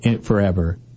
forever